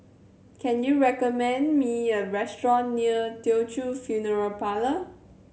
can you recommend me a restaurant near Teochew Funeral Parlour